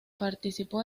participó